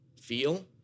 feel